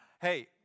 Hey